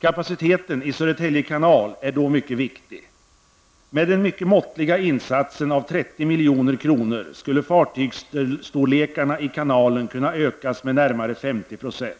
Kapaciteten i Södertälje kanal är mycket viktig. Med den måttliga insatsen av 30 milj.kr. skulle fartygsstorlekarna i kanalen kunna ökas med närmare 50 %.